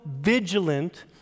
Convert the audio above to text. vigilant